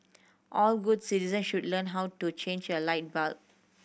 all good citizen should learn how to change a light bulb